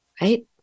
right